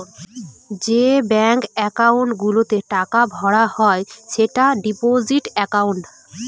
যে bank account গুলোতে টাকা ভরা হয় সেটা ডিপোজিট একাউন্ট